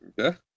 Okay